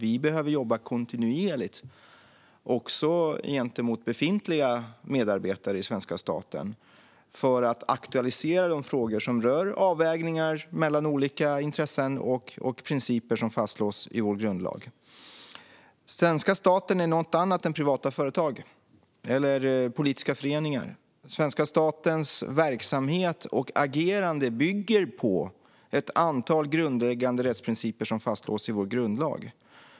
Vi behöver jobba kontinuerligt också gentemot befintliga medarbetare i svenska staten för att aktualisera frågor som rör avvägningar mellan olika intressen och principer som fastslås i vår grundlag. Svenska staten är något annat än privata företag eller politiska föreningar. Svenska statens verksamhet och agerande bygger på ett antal grundläggande rättsprinciper som fastslås i vår grundlag.